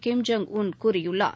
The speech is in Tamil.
கிம் ஜோங் உன் கூறியுள்ளார்